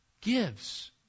gives